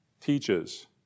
teaches